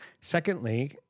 secondly